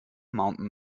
mountain